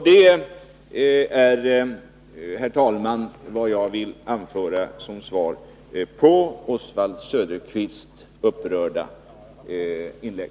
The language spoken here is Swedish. Detta är, herr talman, vad jag vill anföra som svar på Oswald Söderqvists upprörda inlägg.